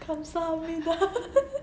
kamsahamnida